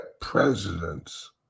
presidents